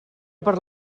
per